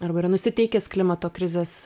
arba yra nusiteikęs klimato krizės